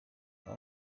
ari